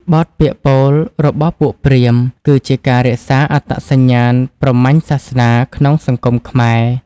បទពាក្យពោលរបស់ពួកព្រាហ្មណ៍ គឺជាការរក្សាអត្តសញ្ញាណព្រហ្មញ្ញសាសនាក្នុងសង្គមខ្មែរ។